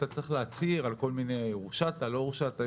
אתה צריך להצהיר ושואלים אותך אם הורשעת או לא הורשעת.